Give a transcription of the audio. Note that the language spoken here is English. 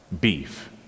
beef